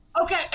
Okay